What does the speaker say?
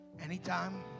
Anytime